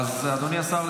אדוני השר,